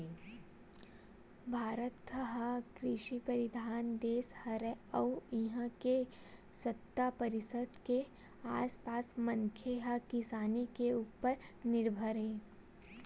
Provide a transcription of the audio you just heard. भारत ह कृषि परधान देस हरय अउ इहां के सत्तर परतिसत के आसपास मनखे ह किसानी के उप्पर निरभर हे